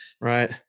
Right